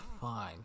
fine